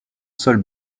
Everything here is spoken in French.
sol